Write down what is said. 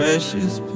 Precious